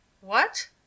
What